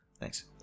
Thanks